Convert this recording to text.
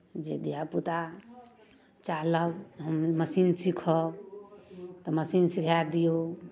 जे धियापुता चाहलक हम मशीन सीखब तऽ मशीन सिखाए दियौ